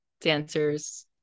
dancers